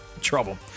trouble